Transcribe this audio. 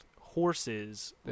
horses